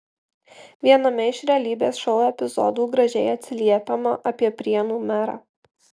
viename iš realybės šou epizodų gražiai atsiliepiama apie prienų merą